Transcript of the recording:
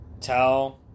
tell